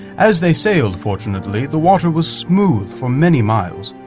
as they sailed, fortunately, the water was smooth for many miles,